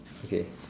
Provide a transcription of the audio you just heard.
okay